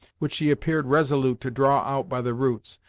which she appeared resolute to draw out by the roots.